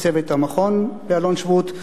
וצוות המכון באלון-שבות.